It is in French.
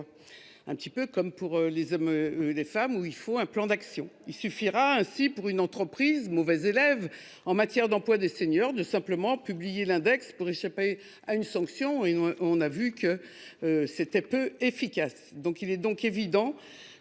un petit peu comme pour les hommes et les femmes où il faut un plan d'action. Il suffira ainsi pour une entreprise mauvaise élève en matière d'emploi des seniors de simplement publié l'index pour échapper à une sanction et nous on a vu que. C'était peu efficace. Donc, il est donc